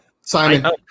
Simon